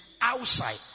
outside